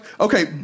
okay